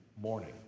morning